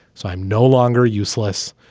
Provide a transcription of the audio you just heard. so i'm no longer useless.